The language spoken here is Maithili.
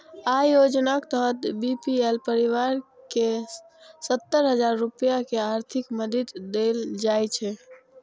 अय योजनाक तहत बी.पी.एल परिवार कें सत्तर हजार रुपैया के आर्थिक मदति देल जाइ छै